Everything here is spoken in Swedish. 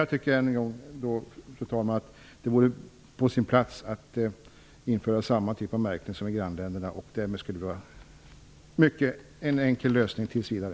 Jag tycker alltså att det vore på sin plats att införa samma typ av märkning som i grannländerna. Det skulle vara en enkel lösning tills vidare.